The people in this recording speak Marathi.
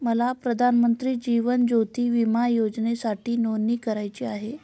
मला प्रधानमंत्री जीवन ज्योती विमा योजनेसाठी नोंदणी करायची आहे